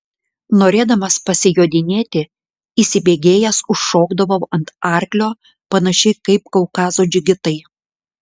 norėdamas pasijodinėti įsibėgėjęs užšokdavau ant arklio panašiai kaip kaukazo džigitai